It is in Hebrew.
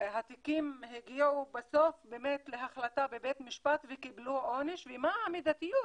התיקים הגיעו בסוף להחלטה בבית משפט והם קיבלו עונש ומה המידתיות